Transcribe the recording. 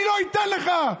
אני לא אתן לך.